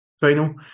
final